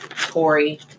Corey